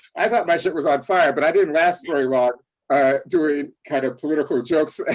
i thought my shit was on fire but i didn't last very long during kind of political jokes.